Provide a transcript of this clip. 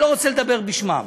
אני לא רוצה לדבר בשמם.